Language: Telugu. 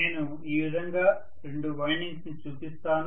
నేను ఈ విధంగా రెండు వైండింగ్స్ ని చూపిస్తాను